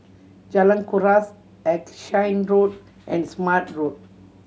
Jalan Kuras Erskine Road and Smart Road